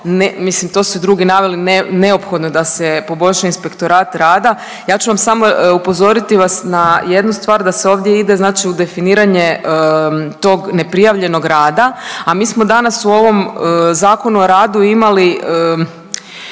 mislim to su i drugi naveli, neophodno da se poboljša inspektorat rada, ja ću vam samo upozoriti vas na jednu stvar da se ovdje ide u definiranje tog neprijavljenog rada, a mi smo danas u ovom zakonu o radu imali